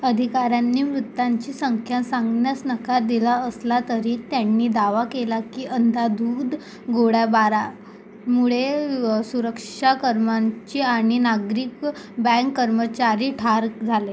अधिकार्यांनी मृतांची संख्या सांगण्यास नकार दिला असला तरी त्यांनी दावा केला की अंधाधुंद गोळीबारामुळे सुरक्षा कर्मचारी आणि नागरिक बँक कर्मचारी ठार झाले